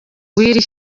w’iri